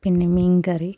പിന്നെ മീൻ കറി